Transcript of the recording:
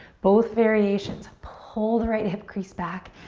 both variations, pull the right hip crease back.